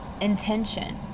intention